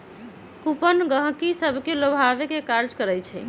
coupon गहकि सभके लोभावे के काज करइ छइ